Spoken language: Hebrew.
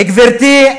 גברתי,